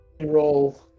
roll